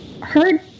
heard